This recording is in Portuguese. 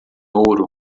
ouro